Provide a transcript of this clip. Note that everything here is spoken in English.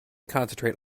concentrate